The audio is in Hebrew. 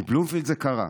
בבלומפילד זה קרה.